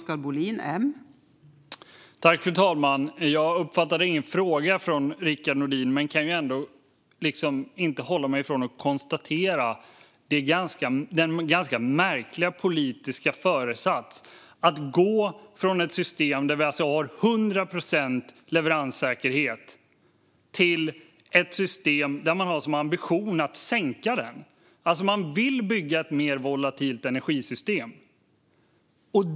Fru talman! Jag uppfattade ingen fråga från Rickard Nordin. Men jag kan ändå inte hålla mig från att konstatera att det är en ganska märklig politisk föresats att gå från ett system där vi har 100 procents leveranssäkerhet till ett system där man har som ambition att sänka den. Man vill alltså bygga ett mer volatilt energisystem.